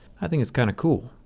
i think it's kind of cool,